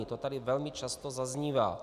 To tady velmi často zaznívá.